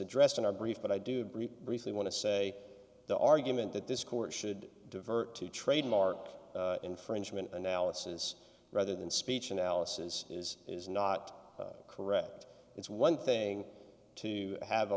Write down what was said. addressed in our brief but i do briefly want to say the argument that this court should divert to trademark infringement analysis rather than speech analysis is is not correct it's one thing to have